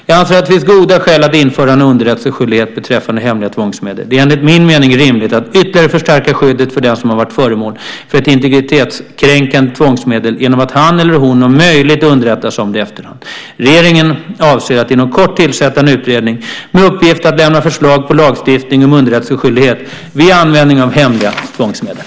Jag anser att det finns goda skäl att införa en underrättelseskyldighet beträffande hemliga tvångsmedel. Det är enligt min mening rimligt att ytterligare förstärka skyddet för den som har varit föremål för ett integritetskränkande tvångsmedel genom att han eller hon om möjligt underrättas om det i efterhand. Regeringen avser att inom kort tillsätta en utredning med uppgift att lämna förslag på lagstiftning om underrättelseskyldighet vid användning av hemliga tvångsmedel.